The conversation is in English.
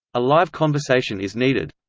a live conversation is needed